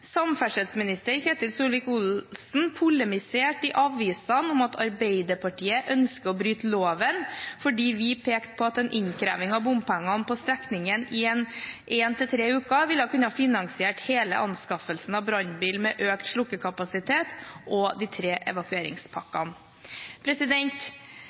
Samferdselsminister Ketil Solvik-Olsen polemiserte i avisene om at Arbeiderpartiet ønsker å bryte loven fordi vi pekte på at en innkreving av bompengene på strekningen i 1–3 uker ville kunne ha finansiert hele anskaffelsen av brannbil med økt slukkekapasitet og de tre